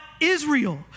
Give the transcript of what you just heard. Israel